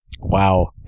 Wow